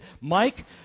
Mike